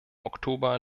oktober